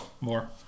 more